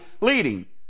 leading